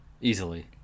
Easily